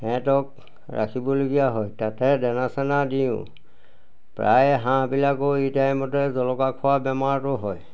সিহঁতক ৰাখিবলগীয়া হয় তাতে দানা চানা দিওঁ প্ৰায় হাঁহবিলাকৰো এই টাইমতে জলকীয়া খোৱা বেমাৰটো হয়